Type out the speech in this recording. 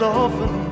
often